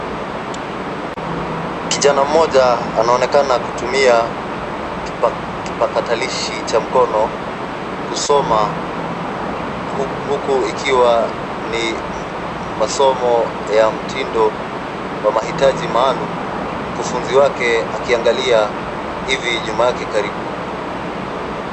Kijana mmoja anaonekana kutumia kipakatalishi cha mkono kusoma huku ikiwa ni masomo ya mtindo wa mahitaji maalum, mkufunzi wake akiangalia hivi nyuma yake karibu.